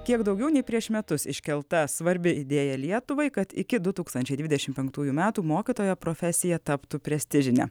kiek daugiau nei prieš metus iškelta svarbi idėja lietuvai kad iki du tūkstančiai dvidešim penktųjų metų mokytojo profesija taptų prestižine